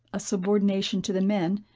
a subordination to the men,